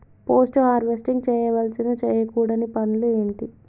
Post harvesting చేయవలసిన చేయకూడని పనులు ఏంటి?